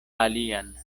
alian